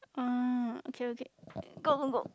uh okay okay go go go